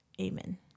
Amen